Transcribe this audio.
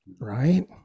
right